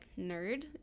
nerd